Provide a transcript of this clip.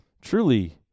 truly